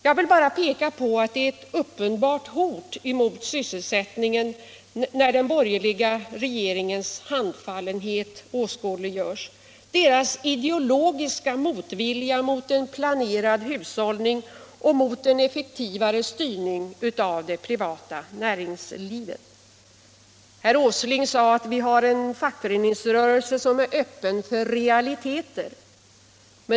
Jag vill bara peka på ett uppenbart hot mot sysselsättningen, nämligen den borgerliga regeringens handfallenhet inför strukturfrågorna, dess ideologiska motvilja mot en planerad hushållning och mot en effektivare styrning av det privata näringslivet. Herr Åsling sade att vi har en fackföreningsrörelse som är öppen för realiteter.